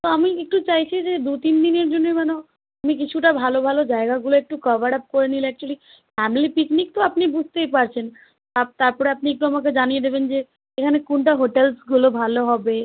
তো আমি একটু চাইছি যে দু তিন দিনের জন্যে মানো আমি কিছুটা ভালো ভালো জায়গাগুলো একটু কভার আপ করে নিলে অ্যাকচুয়েলি ফ্যামিলি পিকনিক তো আপনি বুঝতেই পারছেন তারপরে আপনি আমাকে একটু জানিয়ে দেবেন যে এখানে কোনটা হোটেলসগুলো ভালো হবে